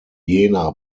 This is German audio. jena